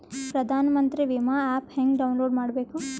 ಪ್ರಧಾನಮಂತ್ರಿ ವಿಮಾ ಆ್ಯಪ್ ಹೆಂಗ ಡೌನ್ಲೋಡ್ ಮಾಡಬೇಕು?